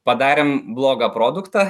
padarėm blogą produktą